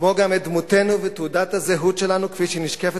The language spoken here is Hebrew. כמו גם את דמותנו ותעודת הזהות שלנו כפי שהיא נשקפת